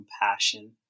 compassion